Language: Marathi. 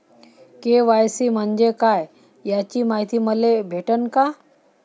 के.वाय.सी म्हंजे काय याची मायती मले भेटन का?